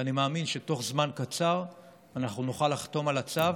ואני מאמין שבתוך זמן קצר נוכל לחתום על הצו